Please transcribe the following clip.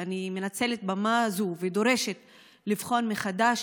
ואני מנצלת את הבמה הזאת ודורשת לבחון מחדש